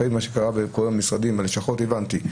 אחרי מה שקרה בכל המשרדים והלשכות הבנתי,